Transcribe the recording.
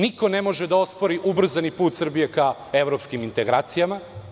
Niko ne može da ospori ubrzani put Srbije ka evropskim integracijama.